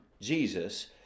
Jesus